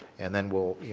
and then we'll, you